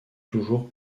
toujours